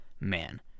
man